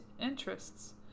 interests